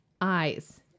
eyes